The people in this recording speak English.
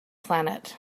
planet